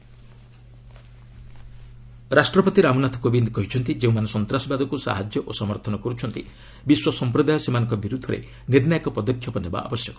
ପ୍ରେକ୍କ୍ରୋଏସିଆ ରାଷ୍ଟ୍ରପତି ରାମନାଥ କୋବିନ୍ଦ କହିଛନ୍ତି ଯେଉଁମାନେ ସନ୍ତାସବାଦକୁ ସାହାଯ୍ୟ ସମର୍ଥନ କରୁଛନ୍ତି ବିଶ୍ୱ ସଂପ୍ରଦାୟ ସେମାନଙ୍କ ବିରୁଦ୍ଧରେ ନିର୍ଣ୍ଣାୟକ ପଦକ୍ଷେପ ନେବା ଆବଶ୍ୟକ